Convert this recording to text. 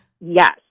Yes